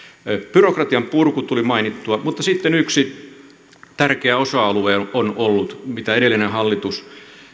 byrokratian purku tuli mainittua mutta sitten yksi tärkeä osa alue on ollut se että edellinen hallitus